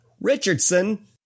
Richardson